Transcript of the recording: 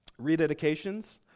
rededications